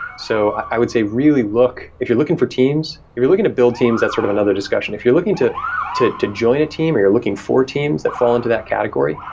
so i would say really look. if you're looking for teams if you're looking to build teams, that's sort of another discussion. if you're looking to to join a team or you're looking for teams that fall into that category,